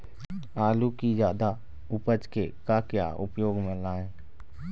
आलू कि जादा उपज के का क्या उपयोग म लाए?